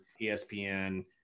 ESPN